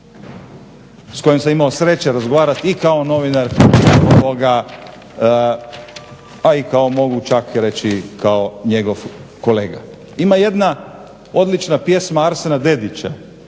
s kojim sam imao sreće razgovarati i kao novinar pa i kao mogu čak reći i kao njegov kolega. Ima jedna odlična pjesma Arsena Dedića